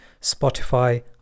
Spotify